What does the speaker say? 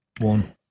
one